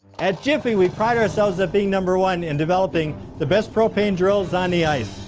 at jiffy, we pride ourselves at being number one in developing the best propane drills on the ice.